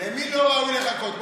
למי לא ראוי לחכות?